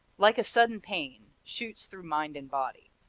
like a sudden pain, shoots through mind and body.